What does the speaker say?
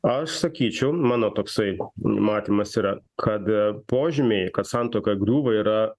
aš sakyčiau mano toksai matymas yra kad požymiai kad santuoka griūva yra